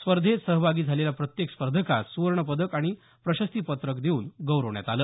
स्पर्धेत सहभागी झालेल्या प्रत्येक स्पर्धकास सुवर्णपदक आणि प्रशस्तीपत्र देऊन गौरवण्यात आलं